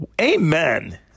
Amen